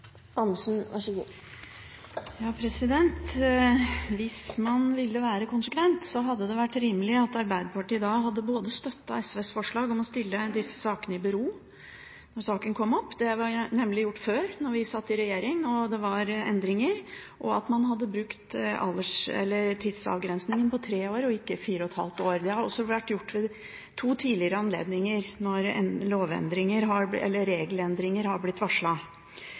Hvis man hadde villet være konsekvent, hadde det vært rimelig at Arbeiderpartiet både hadde støttet SVs forslag om å stille disse sakene i bero når saken kom opp – det ble nemlig gjort før, da vi satt i regjering og det var endringer – og at man hadde brukt tidsavgrensningen på tre år og ikke fire og et halvt år. Det har også vært gjort ved to tidligere anledninger når